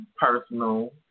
personal